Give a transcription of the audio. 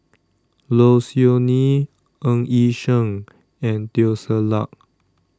Low Siew Nghee Ng Yi Sheng and Teo Ser Luck